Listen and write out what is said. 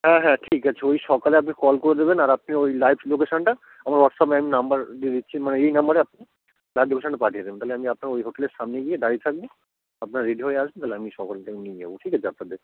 হ্যাঁ হ্যাঁ ঠিক আছে ওই সকালে আপনি কল করে দেবেন আর আপনি ওই লাইভ লোকেশানটা আমার হোয়াটসঅ্যাপ নম্বর দিয়ে দিচ্ছি মানে এই নম্বরে আপনি লাইভ লোকেশানটা পাঠিয়ে দেবেন তাহলে আমি আপনার ওই হোটেলের সামনে গিয়ে দাঁড়িয়ে থাকবো আপনারা রেডি হয়ে আসলে তাহলে আমি সকলকে নিয়ে যাবো ঠিক আছে আপনাদের